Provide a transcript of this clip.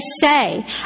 say